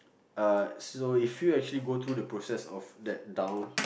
uh so if you actually go through that process of that down